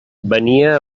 venia